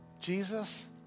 Jesus